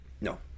No